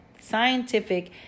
scientific